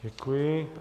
Děkuji.